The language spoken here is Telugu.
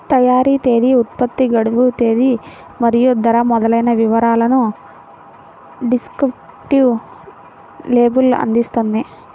తయారీ తేదీ, ఉత్పత్తి గడువు తేదీ మరియు ధర మొదలైన వివరాలను డిస్క్రిప్టివ్ లేబుల్ అందిస్తుంది